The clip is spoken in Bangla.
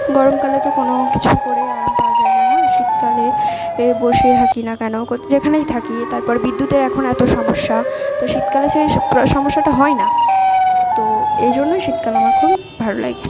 গরমকালে তো কোন কিছু করে আরাম পাওয়া যায়না না শীতকালে বসে থাকি না কেন যেখানেই থাকি তারপর বিদ্যুতের এখন এতো সমস্যা তো শীতকাল সেই সমস্যাটা হয় না তো এজন্যই শীতকাল আমার খুবই ভালো লাগে